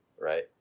right